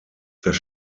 das